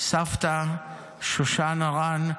סבתא שושן הרן,